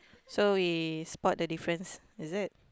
so we spot the difference is it